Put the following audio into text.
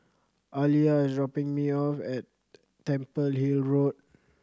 Aliyah is dropping me off at Temple Hill Road